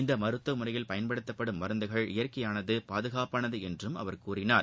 இந்த மருத்துவமுறையில் பயன்படுத்தப்படும் மருந்துகள் இயற்கையானது பாதுகாப்பானது என்றம் அவர் கூறினார்